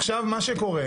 עכשיו מה שקורה,